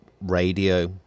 radio